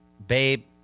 Babe